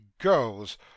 goes